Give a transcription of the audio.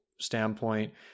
standpoint